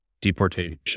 deportation